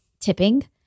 tipping